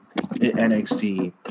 NXT